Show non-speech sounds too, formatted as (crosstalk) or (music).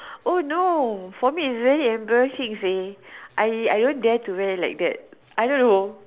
(breath) oh no for me it's very embarrassing seh I I don't dare to wear like that I don't know